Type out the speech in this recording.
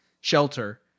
shelter